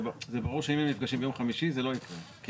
זה ברור שאם הם נפגשים ביום חמישי זה לא יקרה.